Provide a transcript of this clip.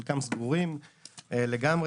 חלקם סגורים לגמרי.